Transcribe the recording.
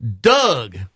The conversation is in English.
Doug